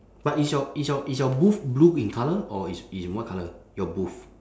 but is your is your is your booth blue in colour or is is in what colour your booth